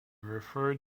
refer